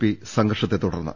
P സംഘർഷത്തെ തുടർന്ന്